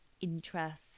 interests